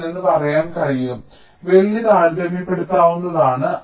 7 എന്ന് പറയാൻ കഴിയും വെള്ളി താരതമ്യപ്പെടുത്താവുന്നതാണ്